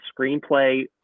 screenplay